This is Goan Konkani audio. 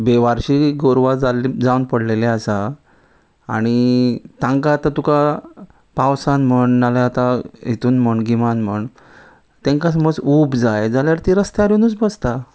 बेवारशी गोरवां जाल्ली जावन पडलेली आसा आनी तांकां आतां तुका पावसान म्हण नाल्यार आतां हेतून म्हण गिमान म्हण तेंका समज ऊब जाय जाल्यार ती रस्त्यार येवनूच बसता